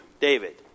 David